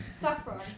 Saffron